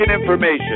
information